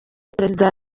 perezida